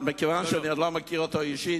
מכיוון שאני לא מכיר אותו אישית,